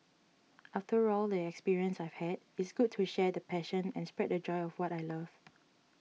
after all the experiences I've had it's good to share the passion and spread the joy of what I love